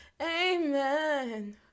Amen